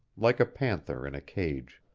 like a panther in a cage.